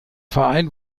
verein